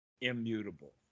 immutable